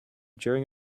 during